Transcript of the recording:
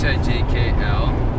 H-I-J-K-L